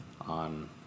on